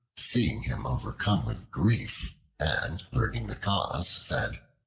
seeing him overcome with grief and learning the cause, said,